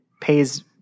pays